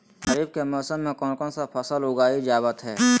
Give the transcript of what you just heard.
खरीफ के मौसम में कौन कौन सा फसल को उगाई जावत हैं?